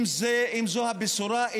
אם זו הבשורה,